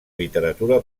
literatura